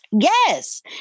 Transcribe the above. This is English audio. Yes